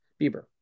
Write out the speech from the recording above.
Bieber